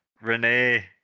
Renee